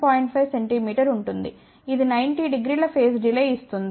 5 centimetre ఉంటుంది ఇది 90 డిగ్రీల ఫేస్ డిలే ఇస్తుంది